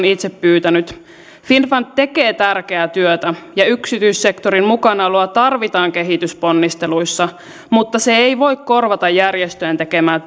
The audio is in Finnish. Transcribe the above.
itse on pyytänyt finnfund tekee tärkeää työtä ja yksityissektorin mukanaoloa tarvitaan kehitysponnisteluissa mutta se ei voi korvata järjestöjen tekemää